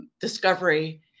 discovery